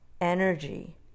energy